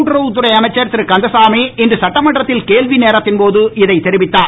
கூட்டுறவுத் துறை அமைச்சர் திரு கந்தசாமி இன்று சட்டமன்றத்தில் கேள்வி நேரத்தின் போது இதைத் தெரிவித்தார்